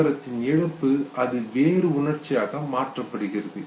தீவிரத்தின் இழப்பு அது வேறு உணர்ச்சியாக மாற்றப்படுகிறது